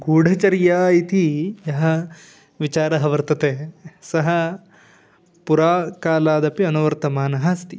गूढचर्या इति यः विचारः वर्तते सः पुराकालादपि अनुवर्तमानः अस्ति